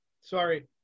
Sorry